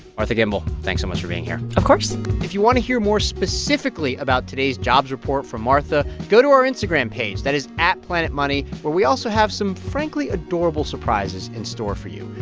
martha gimbel, thanks so much for being here of course if you want to hear more specifically about today's jobs report from martha, go to our instagram page that is at at planetmoney where we also have some frankly adorable surprises in store for you.